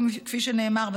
כפי שנאמר,